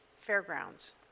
fairgrounds